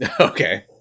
okay